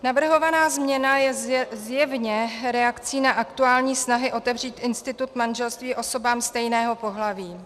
Navrhovaná změna je zjevně reakcí na aktuální snahy otevřít institut manželství osobám stejného pohlaví.